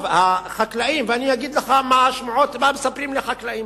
אני אגיד לך מה מספרים לי החקלאים: